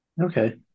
Okay